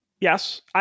yes